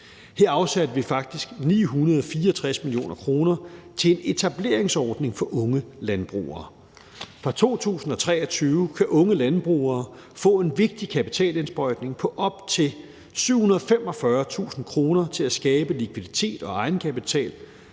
Her afsatte vi faktisk 964 mio. kr. til en etableringsordning for unge landbrugere. Fra 2023 kan unge landbrugere få en vigtig kapitalindsprøjtning på op til 745.000 kr. til at skabe likviditet og egenkapital,